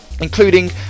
Including